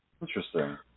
Interesting